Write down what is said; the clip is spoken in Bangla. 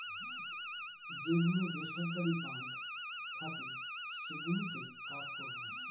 যে গুলো বেসরকারি বাঙ্ক থাকে সেগুলোতে কাজ করবো